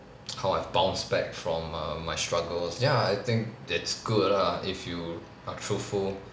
how I've bounced back from err my struggles ya I think it's good lah if you are truthful